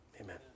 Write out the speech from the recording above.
amen